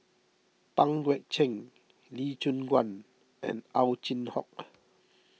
Pang Guek Cheng Lee Choon Guan and Ow Chin Hock